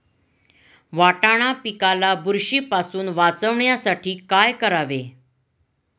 वाटाणा पिकाला बुरशीपासून वाचवण्यासाठी काय करावे?